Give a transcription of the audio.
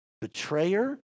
betrayer